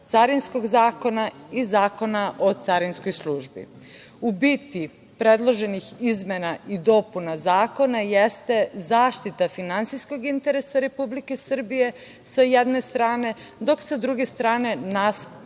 Carinskog zakona i Zakona o carinskoj službi.U biti predloženih izmena i dopuna zakona jeste zaštita finansijskog interesa Republike Srbije, sa jedne strane, dok sa druge strane nastavljamo